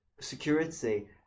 security